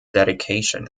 dedication